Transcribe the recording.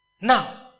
Now